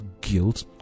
guilt